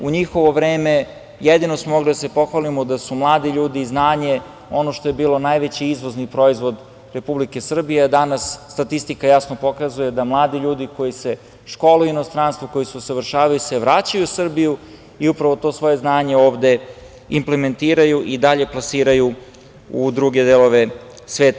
U njihovo vreme jedino smo mogli da se pohvalimo da su mladi ljudi, znanje, ono što je bilo najveći izvozni proizvod Republike Srbije, a danas statistika jasno pokazuje da mladi ljudi koji se školuju u inostranstvu, koji se usavršavaju se vraćaju u Srbiju i upravo to svoje znanje ovde implementiraju i dalje plasiraju u druge delove sveta.